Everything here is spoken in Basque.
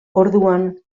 orduan